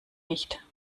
nicht